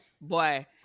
Boy